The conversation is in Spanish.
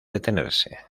detenerse